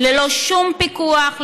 ללא שום פיקוח,